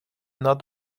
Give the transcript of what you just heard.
not